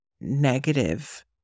negative